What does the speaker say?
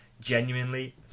genuinely